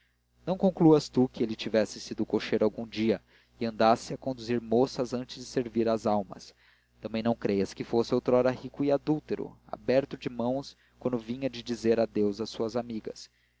não concluas tu que ele tivesse sido cocheiro algum dia e andasse a conduzir moças antes de servir às almas também não creias que fosse outrora rico e adúltero aberto de mãos quando vinha de dizer adeus às suas amigas